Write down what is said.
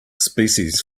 species